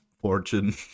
fortune